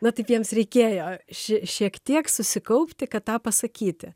na taip jiems reikėjo šiek tiek susikaupti kad tą pasakyti